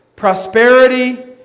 Prosperity